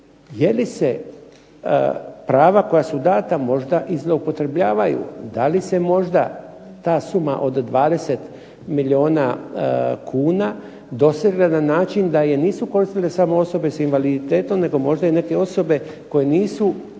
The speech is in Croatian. je li se prava koja su data možda i zloupotrebljavaju. Da li se možda ta suma od 20 milijuna kuna dosegla na način da je nisu koristile samo osobe sa invaliditetom nego možda i neke osobe koje nisu